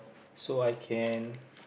so I can